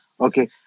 Okay